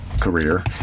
career